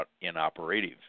inoperative